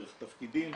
דרך תפקידים,